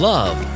Love